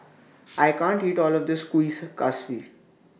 I can't eat All of This Kuih Kaswi